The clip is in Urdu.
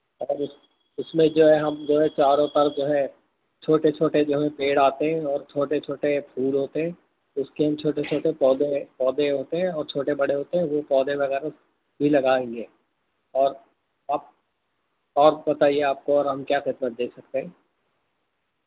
اور اس اس میں جو ہے ہم جو ہے چاروں طرف جو ہے چھوٹے چھوٹے جو ہیں پیڑ آتے ہیں اور چھوٹے چھوٹے پھول ہوتے ہیں اس کے ہم چھوٹے چھوٹے پودے ہیں پودے ہوتے ہیں اور چھوٹے بڑے ہوتے ہیں وہ پودے وغیرہ بھی لگائیں گے اور اپ آپ بتائیے آپ کو اور ہم کیا خدمت دے سکتے ہیں